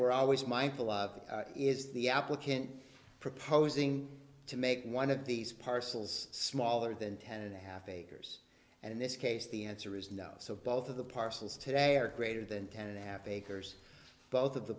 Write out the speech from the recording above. we're always mindful of is the applicant proposing to make one of these parcels smaller than ten and a half acres and in this case the answer is no so both of the parcels today are greater than ten and a half acres both of the